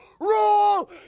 rule